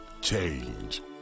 change